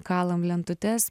kalam lentutes